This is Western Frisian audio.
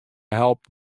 help